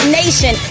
nation